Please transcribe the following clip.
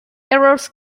errors